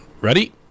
Ready